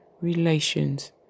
relations